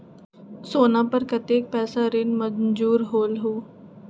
सोना पर कतेक पैसा ऋण मंजूर होलहु?